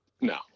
No